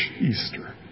Easter